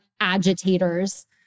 agitators